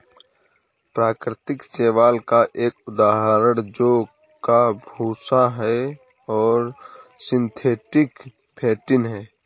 प्राकृतिक शैवाल का एक उदाहरण जौ का भूसा है और सिंथेटिक फेंटिन है